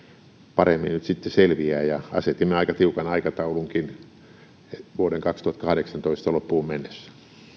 paremmin nyt sitten selviää ja asetimme aika tiukan aikataulunkin eli vuoden kaksituhattakahdeksantoista loppuun mennessä